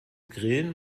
grillen